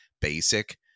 basic